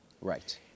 Right